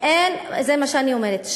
זה מה שאני אומרת,